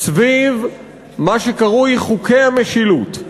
סביב מה שקרוי "חוקי המשילות",